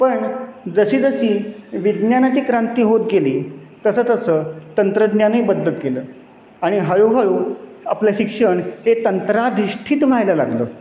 पण जशी जशी विज्ञानाची क्रांती होत गेली तसं तसं तंत्रज्ञानही बदलत गेलं आणि हळूहळू आपलं शिक्षण हे तंत्राधिष्टीत व्हायला लागलं